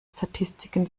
statistiken